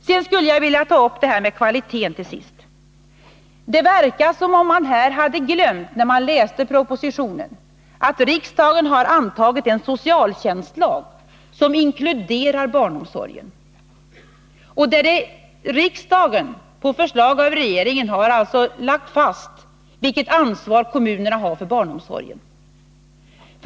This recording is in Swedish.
Jag vill sedan ta upp detta med kvaliteten. Det verkar som om man, när man har läst propositionen, har glömt att riksdagen har antagit en socialtjänstlag som inkluderar barnomsorgen. Riksdagen har alltså, på förslag av regeringen, lagt fast vilket ansvar kommunerna har för barnomsorgen.